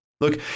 Look